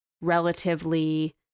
relatively